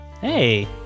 Hey